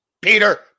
Peter